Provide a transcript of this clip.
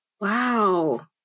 wow